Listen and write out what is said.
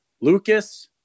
Lucas